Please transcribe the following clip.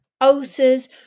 ulcers